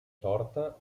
torta